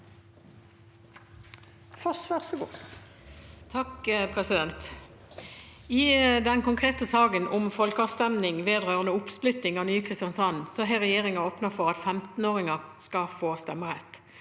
«I den konkrete saken om folkeavstemning vedrørende oppsplitting av nye Kristiansand kommune har regjeringen åpnet for at 15åringer skal få stemmerett.